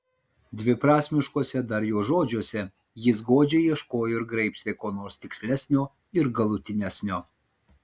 dviprasmiškuose dar jo žodžiuose jis godžiai ieškojo ir graibstė ko nors tikslesnio ir galutinesnio